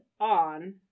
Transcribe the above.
on